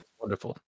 wonderful